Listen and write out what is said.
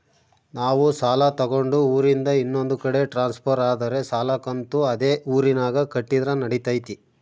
ನಾವು ಸಾಲ ತಗೊಂಡು ಊರಿಂದ ಇನ್ನೊಂದು ಕಡೆ ಟ್ರಾನ್ಸ್ಫರ್ ಆದರೆ ಸಾಲ ಕಂತು ಅದೇ ಊರಿನಾಗ ಕಟ್ಟಿದ್ರ ನಡಿತೈತಿ?